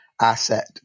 asset